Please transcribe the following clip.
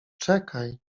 czekaj